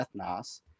ethnos